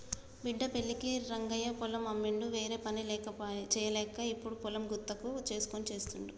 బిడ్డ పెళ్ళికి రంగయ్య పొలం అమ్మిండు వేరేపని చేయలేక ఇప్పుడు పొలం గుత్తకు తీస్కొని చేస్తుండు